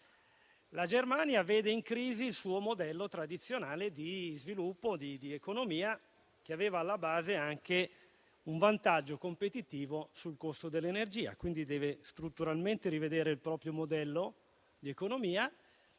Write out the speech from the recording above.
la Germania vede in crisi il suo modello tradizionale di sviluppo e di economia, che aveva alla base anche un vantaggio competitivo sul costo dell'energia e, quindi, deve rivedere strutturalmente il proprio modello economico;